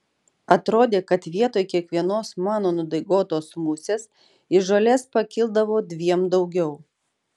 atrodė kad vietoj kiekvienos mano nudaigotos musės iš žolės pakildavo dviem daugiau